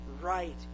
right